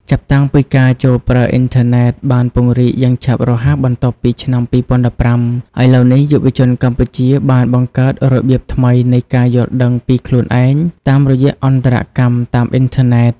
ចាប់តាំងពីការចូលប្រើអ៊ីនធឺណិតបានពង្រីកយ៉ាងឆាប់រហ័សបន្ទាប់ពីឆ្នាំ 2015 ឥឡូវនេះយុវជនកម្ពុជាបានបង្កើតរបៀបថ្មីនៃការយល់ដឹងពីខ្លួនឯងតាមរយៈអន្តរកម្មតាមអ៊ីនធឺណិត។